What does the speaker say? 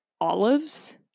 olives